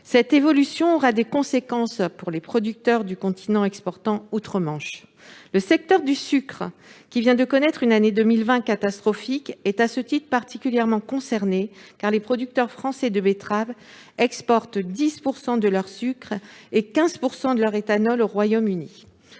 Cette évolution aura des conséquences pour les producteurs du continent exportant outre-Manche. Le secteur du sucre, qui vient de connaître une année 2020 catastrophique, est à ce titre particulièrement concerné, car les producteurs français de betterave exportent 10 % de leur sucre et 15 % de leur éthanol au Royaume-Uni.